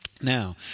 Now